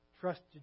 trusted